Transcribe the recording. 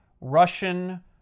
Russian